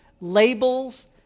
labels